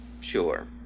Sure